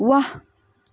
ਵਾਹ